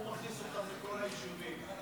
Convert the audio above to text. הוא מכניס אותם לכל היישובים.